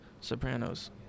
Sopranos